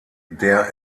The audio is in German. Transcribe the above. der